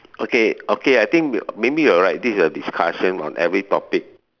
okay okay I think you maybe you are right this is a discussion on every topic